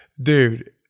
dude